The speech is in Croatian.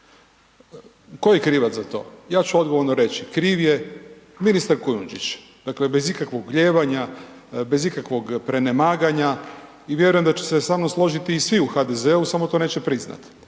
Tko je krivac za to ja ću odgovorno reći, kriv je ministar Kujundžić, dakle bez ikakvog …/nerazumljivo/… bez ikakvog prenemaganja. I vjerujem da će se sa mnom složiti i svi u HDZ-u samo to neće priznat.